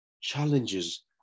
challenges